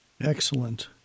Excellent